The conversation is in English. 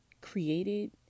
created